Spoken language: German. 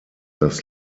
das